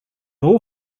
all